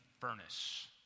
furnace